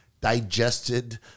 digested